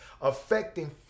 affecting